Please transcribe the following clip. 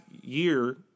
year